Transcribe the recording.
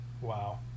Wow